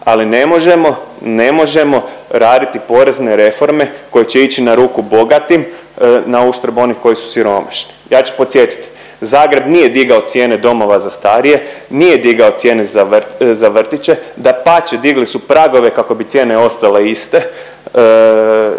ne možemo raditi porezne reforme koje će ići na ruku bogatim, nauštrb onih koji su siromašni. Ja ću podsjetiti, Zagreb nije digao cijene domova za starije, nije digao cijene za vrtiće, dapače, digli su pragove kako bi cijene ostale iste,